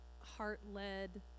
heart-led